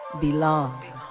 belong